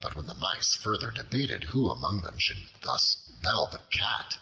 but when the mice further debated who among them should thus bell the cat,